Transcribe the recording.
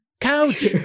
couch